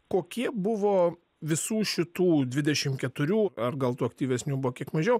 kokie buvo visų šitų dvidešim keturių ar gal tų aktyvesnių buvo kiek mažiau